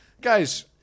guys